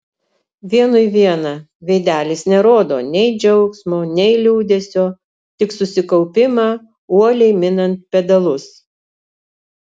vienui viena veidelis nerodo nei džiaugsmo nei liūdesio tik susikaupimą uoliai minant pedalus